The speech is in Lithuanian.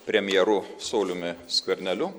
premjeru sauliumi skverneliu